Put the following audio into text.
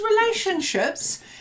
relationships